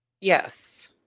Yes